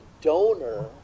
donor